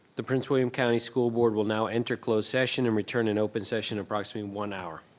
the prince william county school board will now enter closed session, and return in open session in approximately one hour.